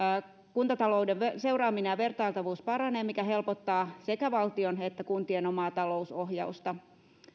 kuntatalouden seuraaminen ja vertailtavuus paranee mikä helpottaa sekä valtion että kuntien omaa talousohjausta